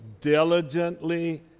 diligently